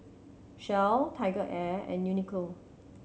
Shell TigerAir and Uniqlo